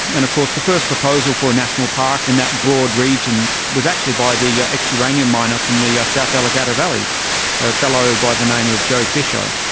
and of course the first proposal for a national park in that broad region was actually by the yeah ex uranium miner from the yeah south alligator valley, a fellow by the name of joe fischer.